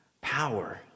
power